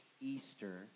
Easter